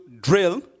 drill